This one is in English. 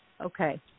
Okay